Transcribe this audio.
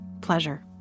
pleasure